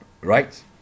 right